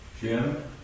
Jim